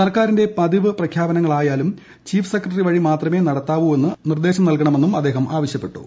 സർക്കാരിന്റെ പതിവ് പ്രഖ്യാപനങ്ങളായാലും ചീഫ് സെക്രട്ടറി വഴി മാത്രമേ നടത്താവൂ എന്ന് നിർദ്ദേശം നല്കണമെന്നും അദ്ദേഹം അവശ്യപ്പെട്ടു